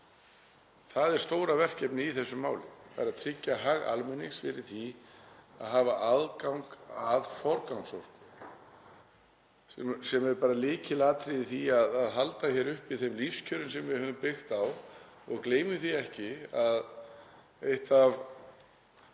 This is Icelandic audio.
Það er stóra verkefnið í þessu máli, tryggja hag almennings fyrir því að hafa aðgang að forgangsorku sem er lykilatriði í því að halda uppi þeim lífskjörum sem við höfum byggt á. Gleymum því ekki að eitt af